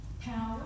power